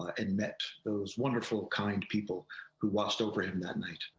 and met those wonderful, kind people who watched over him that night.